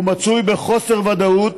הוא מצוי בחוסר ודאות